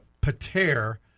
pater